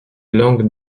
langues